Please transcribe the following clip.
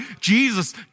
Jesus